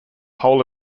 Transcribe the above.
whole